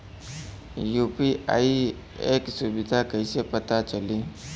UPI क सुविधा कैसे पता चली?